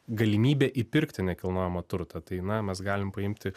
galimybė įpirkti nekilnojamą turtą tai na mes galim paimti